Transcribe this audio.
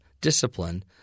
discipline